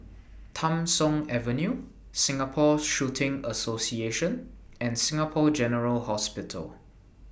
Tham Soong Avenue Singapore Shooting Association and Singapore General Hospital